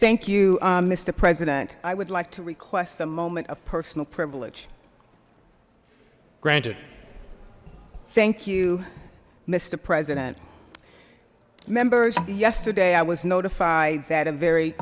thank you mister president i would like to request a moment of personal privilege granted thank you mister president members yesterday i was notified that a very